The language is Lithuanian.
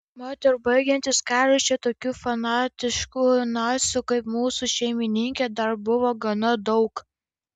mat ir baigiantis karui čia tokių fanatiškų nacių kaip mūsų šeimininkė dar buvo gana daug